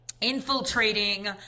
infiltrating